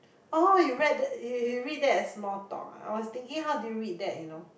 oh you read that y~ you read that as small talk I was thinking how you read that you know